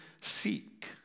seek